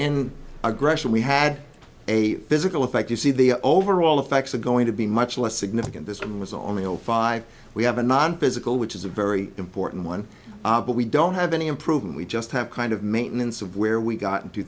in aggression we had a physical effect you see the overall effects are going to be much less significant this one was on the zero five we have a nonphysical which is a very important one but we don't have any improvement we just have kind of maintenance of where we got in two